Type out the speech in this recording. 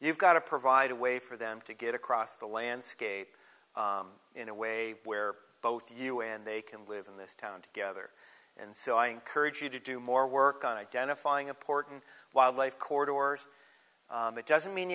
you've got to provide a way for them to get across the landscape in a way where both you and they can live in this town together and so i encourage you to do more work on identifying important wildlife core doors that doesn't mean